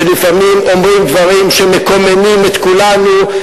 שלפעמים אומרים דברים שמקוממים את כולנו,